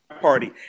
Party